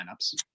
lineups